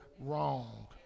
wrong